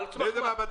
על סמך מה?